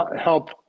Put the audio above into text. help